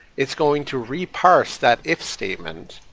it's going to re-parse that if statement,